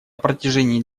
протяжении